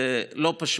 זה לא פשוט,